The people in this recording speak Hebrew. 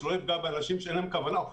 שלא יפגע באנשים שאין להם כוונה לפגוע,